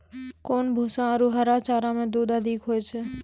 कोन भूसा आरु हरा चारा मे दूध अधिक होय छै?